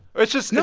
it's just. yeah